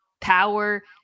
power